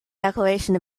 declaration